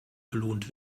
belohnt